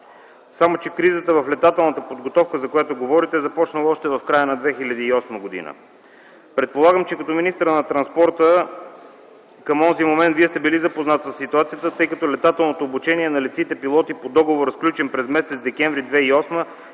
Само че, кризата в летателната подготовка, за която говорите, започна още в края на 2008 г. Предполагам, че като министър на транспорта към онзи момент Вие сте били запознат със ситуацията, тъй като летателното обучение на летците - пилоти по договора, сключен през месец декември 2008